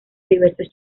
diversos